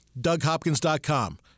DougHopkins.com